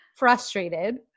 frustrated